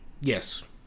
Yes